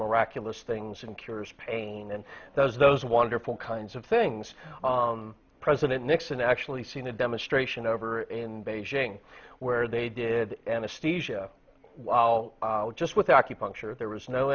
miraculous things and cures pain and does those wonderful kinds of things president nixon actually seen a demonstration over in beijing where they did anesthesia just with acupuncture there was no